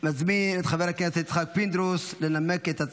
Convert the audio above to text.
נעבור כעת לנושא הבא על סדר-היום,